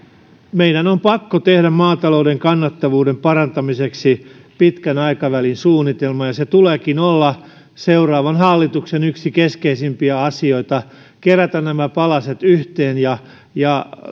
meidän on pakko tehdä maatalouden kannattavuuden parantamiseksi pitkän aikavälin suunnitelma sen tuleekin olla seuraavan hallituksen yksi keskeisimpiä asioita kerätä nämä palaset yhteen ja ja